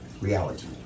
reality